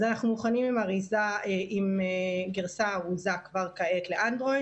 אז אנחנו מוכנים עם גרסה ארוזה כבר כעת לאנדרואיד